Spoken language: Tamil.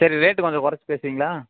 சரி ரேட்டு கொஞ்சம் குறச்சு பேசுவீங்களா